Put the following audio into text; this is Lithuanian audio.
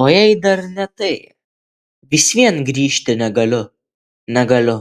o jei dar ne tai vis vien grįžti negaliu negaliu